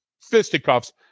fisticuffs